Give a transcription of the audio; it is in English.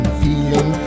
feeling